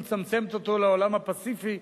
והיא מצמצמת אותו לאזור הפסיפי,